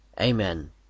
Amen